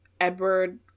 Edward